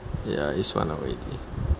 ya it's one hour already